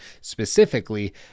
specifically